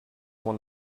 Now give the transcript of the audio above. want